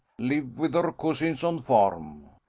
live with her cousins on farm.